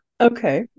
Okay